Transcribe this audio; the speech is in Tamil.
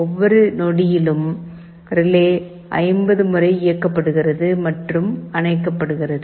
ஒவ்வொரு நொடியிலும் ரிலே 50 முறை இயக்கப்படுகிறது மற்றும் அணைக்கப்படுகிறது